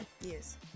Yes